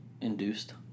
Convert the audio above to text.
induced